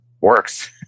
works